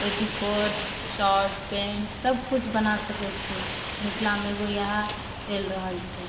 petticoat shirt pant सबकिछु बना सकै छी मिथिला मे एगो यहए चैल रहल छै